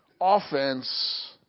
offense